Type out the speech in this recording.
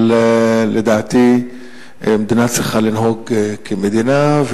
אבל לדעתי מדינה צריכה לנהוג כמדינה,